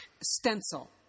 Stencil